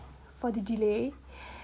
for the delay